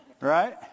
right